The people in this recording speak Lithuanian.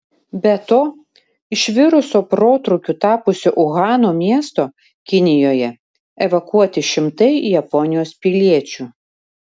be to iš viruso protrūkiu tapusio uhano miesto kinijoje evakuoti šimtai japonijos piliečių